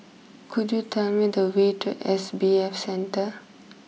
could you tell me the way to S B F Center